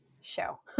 show